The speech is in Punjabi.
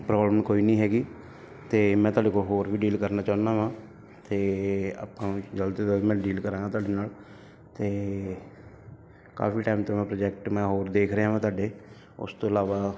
ਪ੍ਰੋਬਲਮ ਕੋਈ ਨਹੀਂ ਹੈਗੀ ਅਤੇ ਮੈਂ ਤੁਹਾਡੇ ਕੋਲ ਹੋਰ ਵੀ ਡੀਲ ਕਰਨਾ ਚਾਹੁੰਦਾ ਵਾਂ ਅਤੇ ਆਪਾਂ ਜਲਦੀ ਤੋਂ ਜਲਦ ਮੈਂ ਡੀਲ ਕਰਾਂਗਾ ਤੁਹਾਡੇ ਨਾਲ ਅਤੇ ਕਾਫੀ ਟਾਈਮ ਤੋਂ ਪ੍ਰੋਜੈਕਟ ਮੈਂ ਹੋਰ ਦੇਖ ਰਿਹਾ ਵਾਂ ਤੁਹਾਡੇ ਉਸ ਤੋਂ ਇਲਾਵਾ